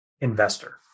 investor